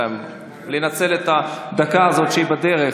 בינתיים לנצל את הדקה הזאת שהיא בדרך,